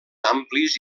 amplis